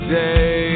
day